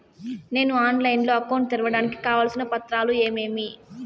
నేను ఆన్లైన్ లో అకౌంట్ తెరవడానికి కావాల్సిన పత్రాలు ఏమేమి?